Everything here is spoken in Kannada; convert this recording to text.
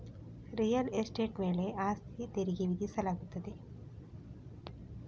ರಿಯಲ್ ಎಸ್ಟೇಟ್ ಮೇಲೆ ಆಸ್ತಿ ತೆರಿಗೆ ವಿಧಿಸಲಾಗುತ್ತದೆ